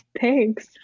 Thanks